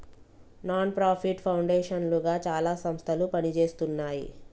non profit foundation లుగా చాలా సంస్థలు పనిజేస్తున్నాయి